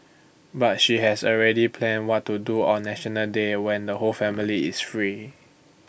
but she has already planned what to do on National Day when the whole family is free